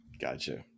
Gotcha